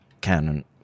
canon